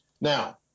Now